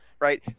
right